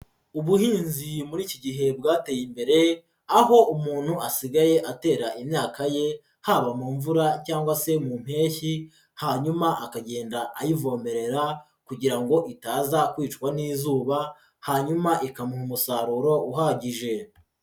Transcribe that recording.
Ubuhinzi muri iki gihe bwateye imbere, aho umuntu asigaye atera imyaka ye, haba mu mvura cyangwa se mu mpeshyi, hanyuma akagenda ayivomerera kugira ngo itaza kwicwa n'izuba, hanyuma ikamuha umusaruro uhagije.